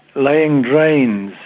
laying drains,